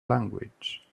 language